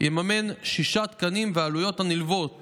יממן שישה תקנים ואת העלויות הנלוות